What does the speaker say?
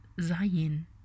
Zion